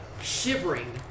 shivering